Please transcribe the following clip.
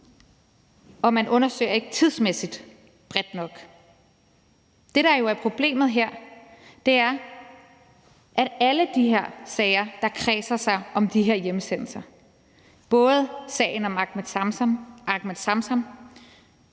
og man undersøger ikke tidsmæssigt bredt nok. Det, der jo er problemet her, er, at alle de her sager, der kredser om de her hjemsendelser – både sagen om Ahmed Samsam,